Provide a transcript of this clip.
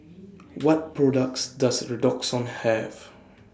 What products Does Redoxon Have